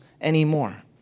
anymore